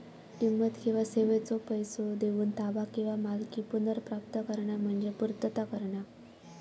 किंमत किंवा सेवेचो पैसो देऊन ताबा किंवा मालकी पुनर्प्राप्त करणा म्हणजे पूर्तता करणा